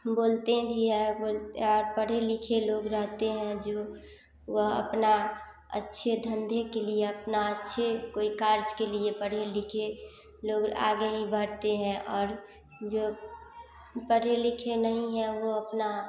बोलते भी है बोल और पढे लिखे लोग रहते हैं जो वह अपना अच्छे धंधे के लिए अपना अच्छे कोई कार्य के लिए पढ़े लिखे लोग आगे ही बढ़ते है और जो पढ़े लिखे नहीं हैं वे अपना